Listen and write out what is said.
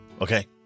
okay